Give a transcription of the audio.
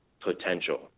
potential